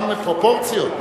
גם פרופורציות,